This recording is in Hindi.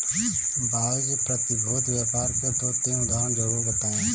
भाई जी प्रतिभूति व्यापार के दो तीन उदाहरण जरूर बताएं?